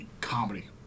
comedy